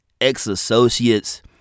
ex-associates